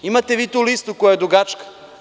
Imate vi tu listu koja je dugačka.